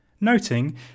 noting